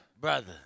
Brother